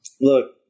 Look